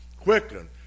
quicken